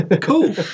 cool